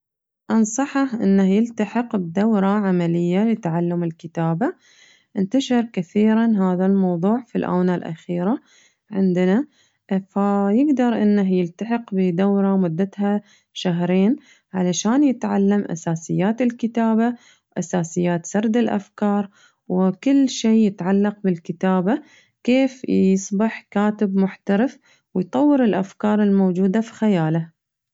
أنصحه إنه يلتحق بدورة عملية لتعلم الكتابة انتشر كثيراً هذا الموضوع في الآونة الأخيرة عندنا فيقدر إنه يلتحق في دورة مدتها شهرين علشان يتعلم أساسيات الكتابة وأساسيات سرد الأفكار وكل شي يتعلق بالكتابة كيف يصبح كاتب محترف ويطور الأفكار الموجودة فخياله.